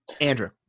Andrew